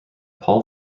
paul